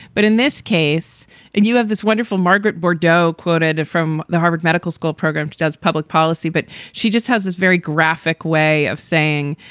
but in this case, if you have this wonderful margaret bordeaux quoted from the harvard medical school program, does public policy. but she just has this very graphic way of saying,